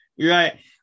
Right